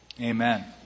amen